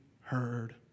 heard